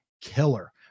Killer